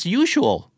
usual